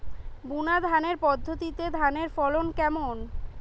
বুনাধানের পদ্ধতিতে ধানের ফলন কেমন?